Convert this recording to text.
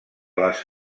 les